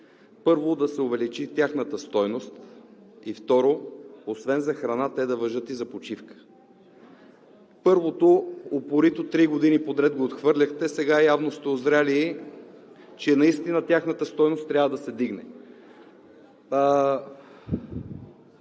първо, да се увеличи тяхната стойност и, второ, освен за храна те да важат и за почивка. Първото упорито три години подред го отхвърляхте. Сега явно сте узрели, че наистина тяхната стойност трябва да се вдигне.